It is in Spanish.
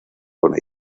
con